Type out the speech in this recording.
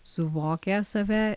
suvokia save